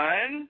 One